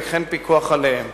וכן פיקוח עליהם.